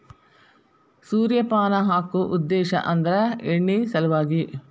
ಸೂರ್ಯಪಾನ ಹಾಕು ಉದ್ದೇಶ ಅಂದ್ರ ಎಣ್ಣಿ ಸಲವಾಗಿ